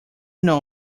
know